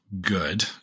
good